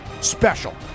Special